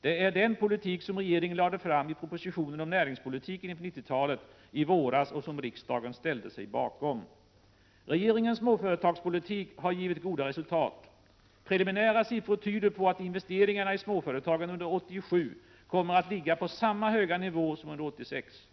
Det är den politik som regeringen lade fram i propositionen om näringspolitiken inför 1990-talet i våras och som riksdagen ställde sig bakom. Regeringens småföretagspolitik har givit goda resultat. Preliminära siffror tyder på att investeringarna i småföretagen under år 1987 kommer att ligga på samma höga nivå som under 1986.